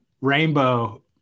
rainbow